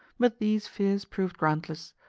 but these fears proved groundless,